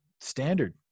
standard